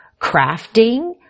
crafting